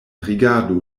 rigardu